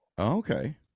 Okay